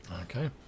okay